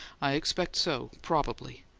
i expect so, probably.